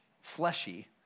fleshy